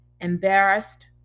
embarrassed